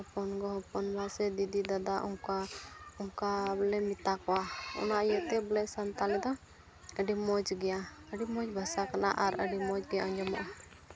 ᱦᱚᱯᱚᱱ ᱜᱚ ᱦᱚᱯᱚᱱ ᱵᱟ ᱥᱮ ᱫᱤᱫᱤ ᱫᱟᱫᱟ ᱚᱱᱠᱟ ᱚᱱᱠᱟ ᱵᱚᱞᱮᱢ ᱢᱮᱛᱟ ᱠᱚᱣᱟ ᱚᱱᱟ ᱤᱭᱟᱹ ᱛᱮ ᱵᱚᱞᱮ ᱥᱟᱱᱛᱟᱲᱤ ᱫᱚ ᱟᱹᱰᱤ ᱢᱚᱡᱽ ᱜᱮᱭᱟ ᱟᱹᱰᱤ ᱢᱚᱡᱽ ᱵᱷᱟᱥᱟ ᱠᱟᱱᱟ ᱟᱨ ᱟᱹᱰᱤ ᱢᱚᱡᱽ ᱜᱮ ᱟᱸᱡᱚᱢᱚᱜᱼᱟ